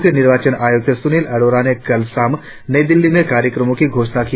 मुख्य निर्वाचन आयुक्त सुनील अरोड़ा ने कल शाम नई दिल्ली में कार्यक्रमों की घोषणा की